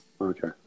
Okay